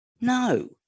No